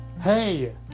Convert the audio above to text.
Hey